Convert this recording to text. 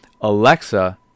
Alexa